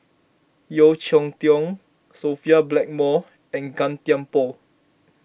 Yeo Cheow Tong Sophia Blackmore and Gan Thiam Poh